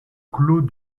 clos